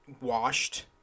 washed